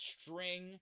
string